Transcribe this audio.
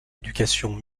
éducation